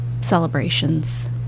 celebrations